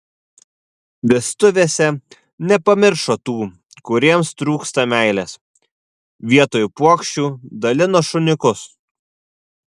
vestuvėse nepamiršo tų kuriems trūksta meilės vietoj puokščių dalino šuniukus